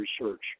research